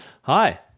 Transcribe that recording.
Hi